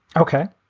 ok.